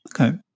Okay